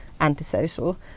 antisocial